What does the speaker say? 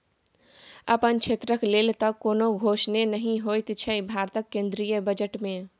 अपन क्षेत्रक लेल तँ कोनो घोषणे नहि होएत छै भारतक केंद्रीय बजट मे